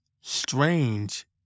strange